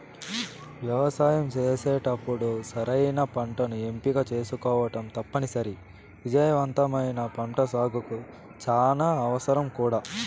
వ్యవసాయం చేసేటప్పుడు సరైన పంటను ఎంపిక చేసుకోవటం తప్పనిసరి, విజయవంతమైన పంటసాగుకు చానా అవసరం కూడా